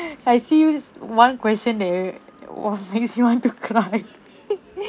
I see this one question that !wah! makes me want to cry